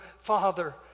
Father